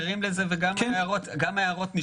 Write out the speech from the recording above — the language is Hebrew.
ערים לזה וגם ההערות נשמעות,